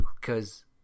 Cause